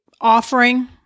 offering